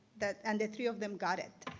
that and the three of them got it.